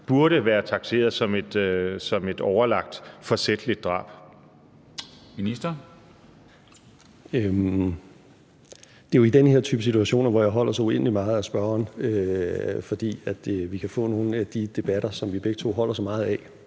13:48 Justitsministeren (Nick Hækkerup): Det er jo i den her type situationer, at jeg holder så uendelig meget af spørgeren, fordi vi kan få nogle af de debatter, som vi begge to holder så meget af.